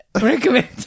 recommend